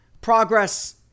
Progress